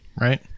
right